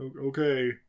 Okay